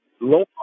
lo